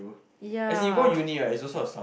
ya